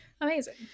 amazing